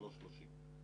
3.30 שקלים,